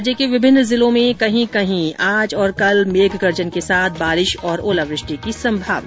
राज्य के विभिन्न जिलों में कहीं कहीं आज और कल मेघगर्जन के साथ बारिश और ओलावृष्टि की संभावना